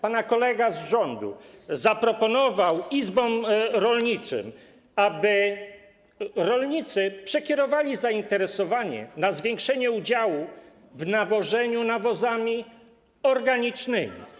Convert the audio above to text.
Pana kolega z rządu zaproponował izbom rolniczym, aby rolnicy przekierowali zainteresowanie na zwiększenie udziału w nawożeniu nawozami organicznymi.